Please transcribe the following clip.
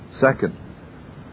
Second